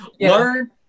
Learn